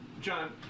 John